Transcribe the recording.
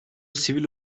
sivil